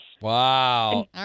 Wow